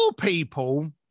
people